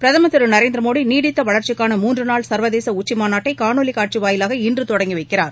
பிரதம் திரு நரேந்திர மோடி நீடித்த வளர்ச்சிக்கான மூன்று நாள் சா்வதேச உச்சி மாநாட்டை காணொலிக் காட்சி வாயிலாக இன்று தொடங்கி வைக்கிறார்